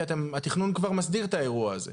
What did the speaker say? כי התכנון כבר מסדיר את האירוע הזה,